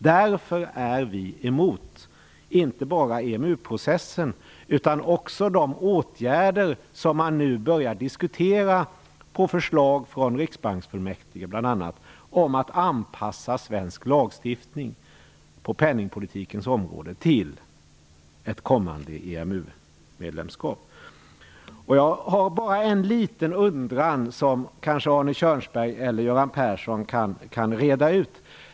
Därför är vi emot inte bara EMU-processen utan också de åtgärder som man nu börjar diskutera på förslag av bl.a. riksbanksfullmäktige om att anpassa svensk lagstiftning på penningpolitikens område till ett kommande EMU Jag har en liten undran som kanske Arne Kjörnsberg eller Göran Persson kan reda ut.